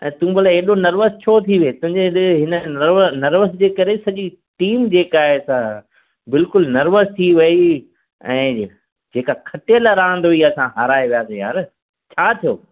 ऐं तूं भला एॾो नर्वस छो थी वएं तुंहिंजे हे हिन हे नर नर्वस जे करे सॼी टीम जेका आहे सा बिल्कुलु नर्वस थी वई ऐं जेका खटियल रांदि हुई सा असां हाराए वियासीं यारु छा थियो